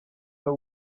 pas